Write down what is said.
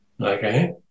Okay